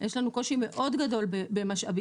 יש לנו קושי מאוד גדול במשאבים,